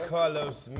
Carlos